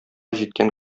җиткән